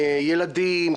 ילדים,